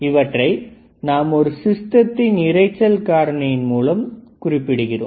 இவற்றை நாம் ஒரு சிஸ்டத்தின் இறைச்சல் காரணியின் மூலம் குறிப்பிடுகிறோம்